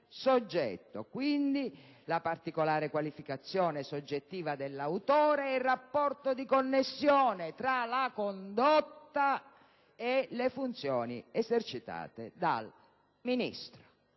quindi la particolare qualificazione soggettiva dell'autore ed il rapporto di connessione tra la condotta e le funzioni esercitate dal ministro.